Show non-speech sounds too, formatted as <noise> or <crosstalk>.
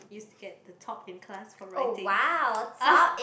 used to get the top in class for writing <noise>